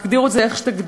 תגדירו את זה איך שתגדירו.